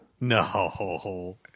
No